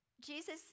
Jesus